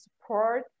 support